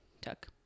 took